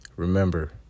remember